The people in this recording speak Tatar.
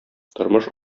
тормыш